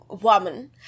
woman